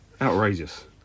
Outrageous